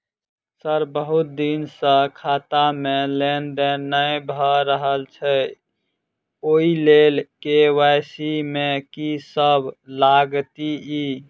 Sir बहुत दिन सऽ खाता मे लेनदेन नै भऽ रहल छैय ओई लेल के.वाई.सी मे की सब लागति ई?